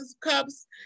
cups